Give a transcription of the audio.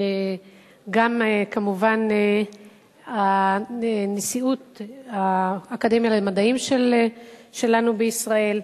וגם כמובן נשיאות האקדמיה למדעים שלנו בישראל,